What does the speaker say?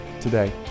today